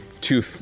two